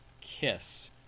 kiss